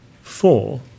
Four